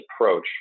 approach